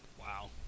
Wow